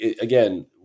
again